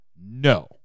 no